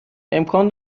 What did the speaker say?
امکان